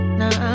now